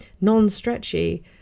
non-stretchy